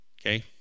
Okay